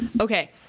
Okay